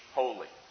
holy